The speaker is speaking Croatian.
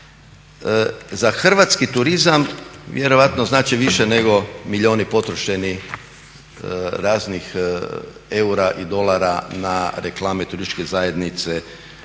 za hrvatski turizam vjerojatno znači više nego milijuni potrošeni raznih eura i dolara na reklame turističke zajednice u